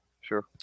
Sure